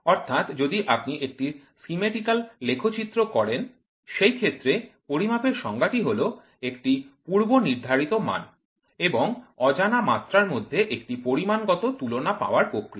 অর্থাৎ যদি আপনি এটি স্কিম্যাটিকাল লেখচিত্র করেন সেই ক্ষেত্রে পরিমাপের সংজ্ঞাটি হল একটি পূর্ব নির্ধারিত মান এবং অজানা মাত্রার মধ্যে একটি পরিমাণগত তুলনা পাওয়ার প্রক্রিয়া